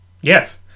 Yes